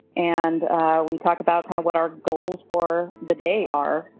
and we talk about kind of what our goals for the day are.